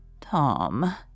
Tom